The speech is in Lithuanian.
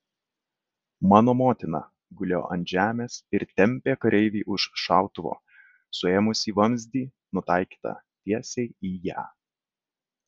mano motina gulėjo ant žemės ir tempė kareivį už šautuvo suėmusį vamzdį nutaikytą tiesiai į ją